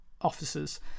officers